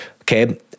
Okay